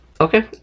Okay